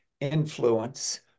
influence